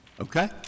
Okay